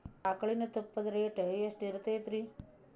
ಆಕಳಿನ ತುಪ್ಪದ ರೇಟ್ ಎಷ್ಟು ಇರತೇತಿ ರಿ?